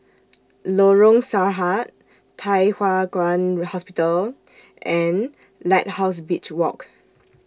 Lorong Sarhad Thye Hua Kwan Hospital and Lighthouse Beach Walk